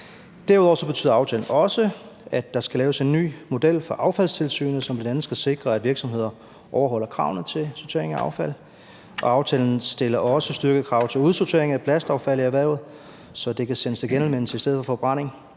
Derudover betyder aftalen også, at der skal laves en ny model for affaldstilsynet, som bl.a. skal sikre, at virksomheder overholder kravene til sortering af affald. Og aftalen stiller også styrkede krav til udsortering af plastaffald i erhvervet, så det kan sendes til genanvendelse i stedet for forbrænding.